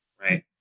Right